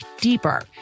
deeper